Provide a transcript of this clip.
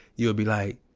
you would be like,